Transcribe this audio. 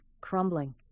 crumbling